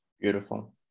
beautiful